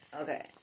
Okay